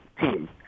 team